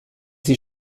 sie